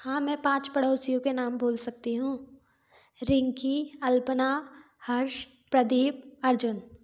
हाँ मैं पाँच पड़ोसियों के नाम बोल सकती हूँ रिंकी अल्पना हर्ष प्रदीप अर्जुन